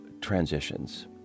transitions—